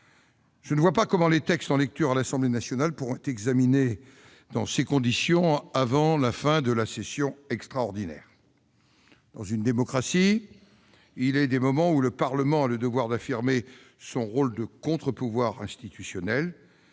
Je ne vois pas comment les textes en lecture à l'Assemblée nationale pourront être examinés, dans ces conditions, avant la fin de la session extraordinaire. Dans une démocratie, il est des moments où le Parlement a le devoir d'affirmer son rôle de contre-pouvoir institutionnel.